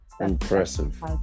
impressive